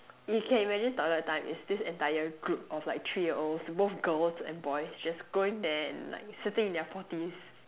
you can imagine toilet time is this entire group of like three year olds both girls and boys just going there and like sitting in their potties